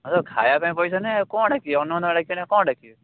ଖାଇବା ପାଇଁ ତ ପଇସା ନାହିଁ ଆଉ କ'ଣ ଡାକିବେ ଅନୁଭବ ମହାନ୍ତି କି ଡାକିବେନି ଆଉ କ'ଣ ଡାକିବେ